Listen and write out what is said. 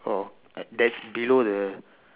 oh ah that's below the